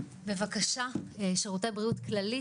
בבקשה, שירותי בריאות הכללית.